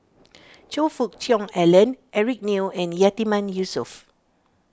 Choe Fook Cheong Alan Eric Neo and Yatiman Yusof